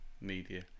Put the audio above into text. media